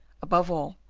above all,